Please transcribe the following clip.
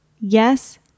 Yes